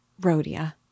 Rhodia